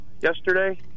Yesterday